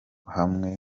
hamwe